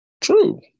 True